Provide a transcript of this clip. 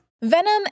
Venom